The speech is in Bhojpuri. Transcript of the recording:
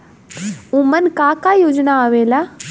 उमन का का योजना आवेला?